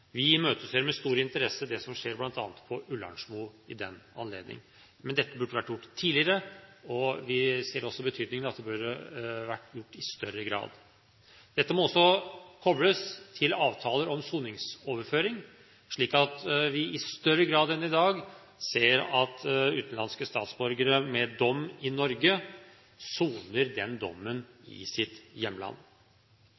Vi imøteser med stor interesse det som bl.a. skjer på Ullersmo i den anledning. Men dette burde vært gjort tidligere, og vi ser også betydningen av at det burde vært gjort i større grad. Dette må også kobles til avtaler om soningsoverføring, slik at utenlandske statsborgere med dom i Norge i større grad enn i dag